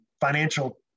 financial